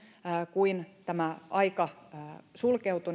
kuin tämä aika sulkeutuu